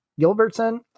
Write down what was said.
Gilbertson